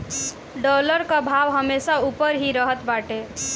dollar कअ भाव हमेशा उपर ही रहत बाटे